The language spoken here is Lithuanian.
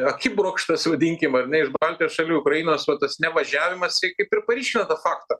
akibrokštas vadinkim ar ne iš baltijos šalių ukrainos vat tas nevažiavimas tai kaip ir paryškina tą faktą